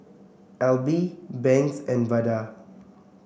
Alby Banks and Vada